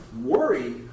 worry